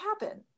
happen